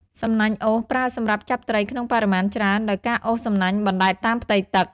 សំណាញ់អូស ប្រើសម្រាប់ចាប់ត្រីក្នុងបរិមាណច្រើន ដោយការអូសសំណាញ់បណ្ដែតតាមផ្ទៃទឹក។